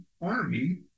army